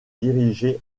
dirigé